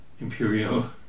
imperial